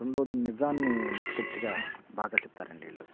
రెండోవది నిజాన్ని నిక్కచ్చిగా బాగా చెప్తారండి వీళ్ళు